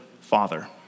father